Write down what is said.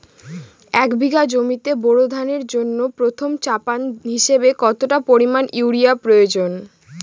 এক বিঘা জমিতে বোরো ধানের জন্য প্রথম চাপান হিসাবে কতটা পরিমাণ ইউরিয়া প্রয়োজন?